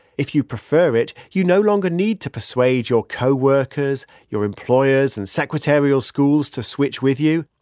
if you prefer it, you no longer need to persuade your coworkers, your employers and secretarial schools to switch with you.